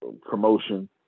promotion